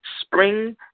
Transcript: spring